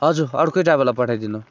हजुर अर्कै ड्राइभरलाई पठाइदिनु